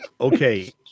Okay